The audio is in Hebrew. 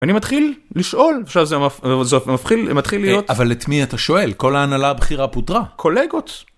אני מתחיל לשאול, עכשיו זה מפחיד, זה מתחיל להיות... אבל את מי אתה שואל? כל ההנהלה הבכירה פוטרה. קולגות.